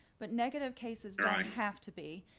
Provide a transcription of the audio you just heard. but negative cases don't have to be.